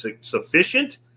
sufficient